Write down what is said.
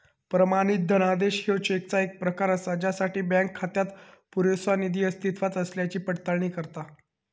प्रमाणित धनादेश ह्यो चेकचो येक प्रकार असा ज्यासाठी बँक खात्यात पुरेसो निधी अस्तित्वात असल्याची पडताळणी करता